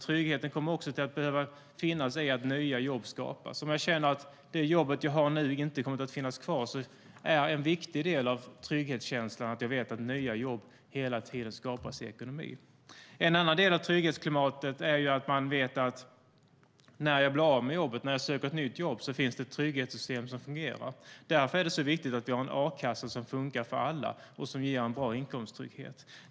Tryggheten kommer också att behöva finnas i att nya jobb skapas. Om man känner att det jobb man har nu inte kommer att finnas kvar är en viktig del av trygghetskänslan att man vet att nya jobb hela tiden skapas i ekonomin. En annan del av trygghetsklimatet är att man vet att det finns trygghetssystem som fungerar när man blir av med jobbet och när man söker ett nytt jobb. Därför är det så viktigt att vi har en a-kassa som funkar för alla och som ger en bra inkomsttrygghet.